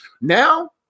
now